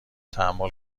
تحمل